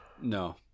no